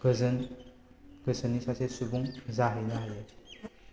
गोजोन गोसोनि सोसे सुबुं जाहैनो हायो